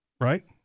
right